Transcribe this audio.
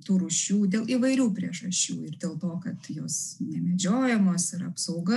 tų rūšių dėl įvairių priežasčių ir dėl to kad jos nemedžiojamos ir apsauga